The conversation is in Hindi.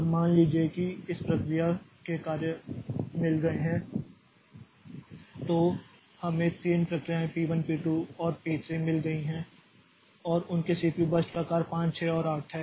अब मान लीजिए कि इस प्रक्रिया के कार्य मिल गय हैं तो हमें 3 प्रक्रियाएँ P 1 P 2 और P 3 मिल गई हैं और उनके CPU बर्स्ट का आकार 5 6 और 8 है